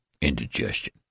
indigestion